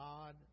God